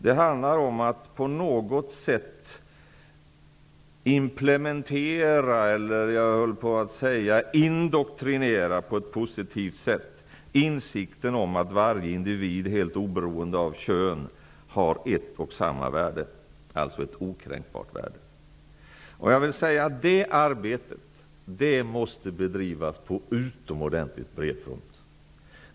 Det handlar om att på något sätt implementera, på ett positivt sätt indoktrinera, insikten om att varje individ helt oberoende av kön har ett och samma värde, alltså ett okränkbart värde. Det arbetet måste bedrivas på utomordentligt bred front.